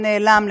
שנעלם,